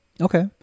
okay